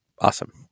awesome